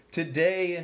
today